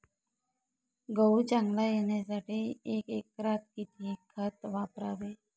गहू चांगला येण्यासाठी एका एकरात किती खत वापरावे?